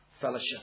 fellowship